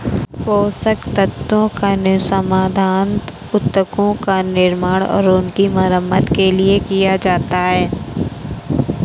पोषक तत्वों का समाधान उत्तकों का निर्माण और उनकी मरम्मत के लिए किया जाता है